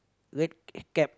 red cap